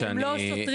הם לא שוטרים.